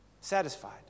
Satisfied